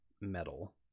metal